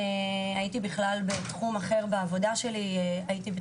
הייתי בכלל בתחום התקשורת,